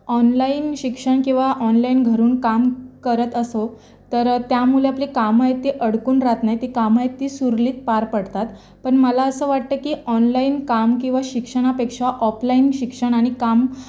online शिक्षण किंवा online घरून काम करत असो तर त्यामुळे आपली कामं आहे ती अडकून राहत नाही ती कामं आहे ती सुरळीत पार पडतात पण मला असं वाटतं की ऑनलाईन काम किंवा शिक्षणापेक्षा ऑपलाइन शिक्षण आणि काम